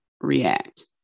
react